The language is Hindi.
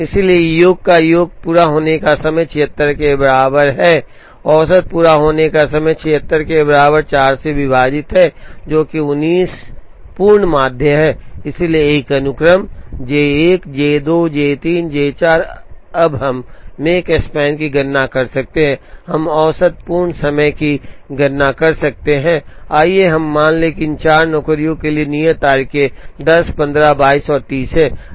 इसलिए योग का योग पूरा होने का समय 76 के बराबर है और औसत पूरा होने का समय 76 के बराबर 4 से विभाजित है जो कि 19 पूर्ण माध्य है इसलिए एक अनुक्रम J 1 J 2 J 3 J 4 हम अब Makespan की गणना कर सकते हैं हम औसत पूर्ण समय की गणना कर सकते हैं आइए हम मान लें कि इन 4 नौकरियों के लिए नियत तारीखें 10 15 22 और 30 हैं